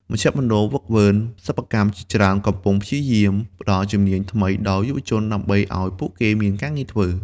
មជ្ឈមណ្ឌលហ្វឹកហ្វឺន សិប្បកម្មជាច្រើនកំពុងព្យាយាមផ្តល់ជំនាញថ្មីដល់យុវជនដើម្បីឱ្យពួកគេមានការងារធ្វើ។